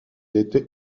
était